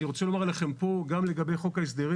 אני רוצה לומר לכם פה גם לגבי חוק ההסדרים